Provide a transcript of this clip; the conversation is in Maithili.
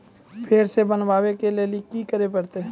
फेर सॅ बनबै के लेल की करे परतै?